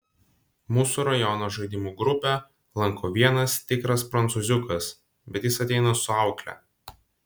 mūsų rajono žaidimų grupę lanko vienas tikras prancūziukas bet jis ateina su aukle